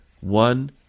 one